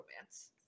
romance